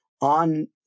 on